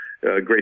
great